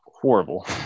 horrible